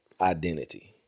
identity